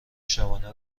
شبانه